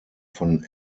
von